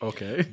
Okay